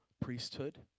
priesthood